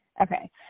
okay